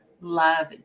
love